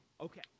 Okay